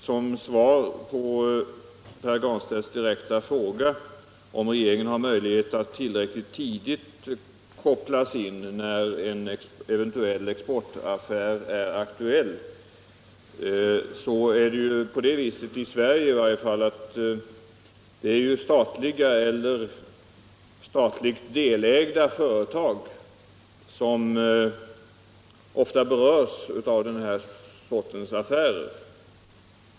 Som svar på herr Granstedts direkta fråga, om regeringen har möjlighet att tillräckligt tidigt kopplas in när en eventuell exportaffär är aktuell, vill jag säga att det i varje fall i Sverige — med något undantag — är statliga eller statligt delägda företag som berörs av denna sorts affärer.